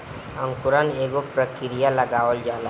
अंकुरण एगो प्रक्रिया ह जावना से बिया के उपज के अंदाज़ा लगावल जाला